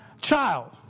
Child